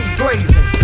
blazing